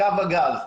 קו הגז,